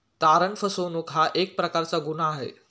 तारण फसवणूक हा एक प्रकारचा गुन्हा आहे